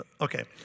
okay